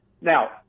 Now